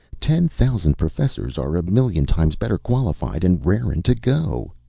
ten thousand professors are a million times better qualified, and rarin' to go.